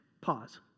Pause